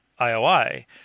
IOI